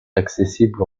accessibles